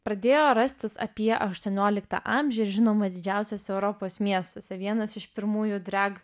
pradėjo rastis apie aštuonioliktą amžių žinoma didžiausiuos europos miestuose vienas iš pirmųjų drag